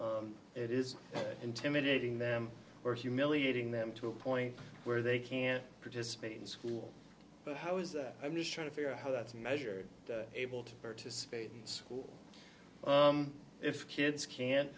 it is intimidating them or humiliating them to a point where they can't participate in school but how is that i'm just trying to figure out how that's measured able to participate in school if kids